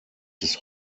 des